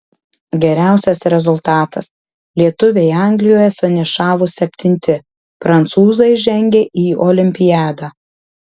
geriausias rezultatas lietuviai anglijoje finišavo septinti prancūzai žengė į olimpiadą